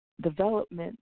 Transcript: development